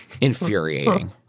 Infuriating